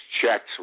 checks